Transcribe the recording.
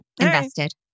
invested